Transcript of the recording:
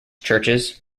churches